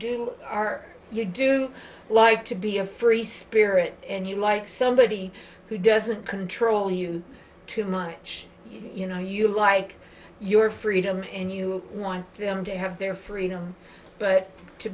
do are you do like to be a free spirit and you like somebody who doesn't control you too much you know you like your freedom and you want them to have their freedom but to